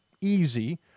easy